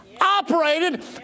operated